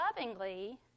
lovingly